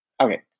Okay